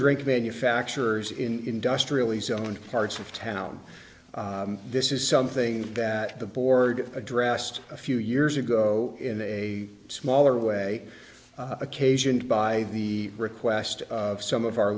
drink manufacturers in industrially zone parts of town this is something that the board addressed a few years ago in a smaller way occasioned by the request of some of our